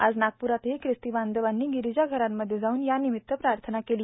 आज नागपुरातही खिस्ती बांधवांनी गिरिजाघरांमध्ये जाऊन यानिमित्त प्रार्थना केली